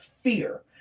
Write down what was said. fear